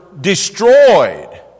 destroyed